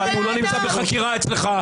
הוא לא נמצא בחקירה אצלך.